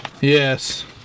Yes